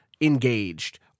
engaged